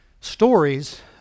stories